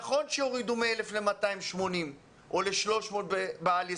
נכון שהורידו מ-1,000 ל-280 שקלים או ל-300 שקלים בעל יסודי,